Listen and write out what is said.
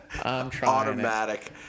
Automatic